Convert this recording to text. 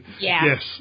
yes